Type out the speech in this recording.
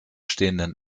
stehenden